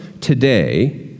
today